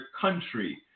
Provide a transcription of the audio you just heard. country